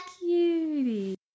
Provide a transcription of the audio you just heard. Cutie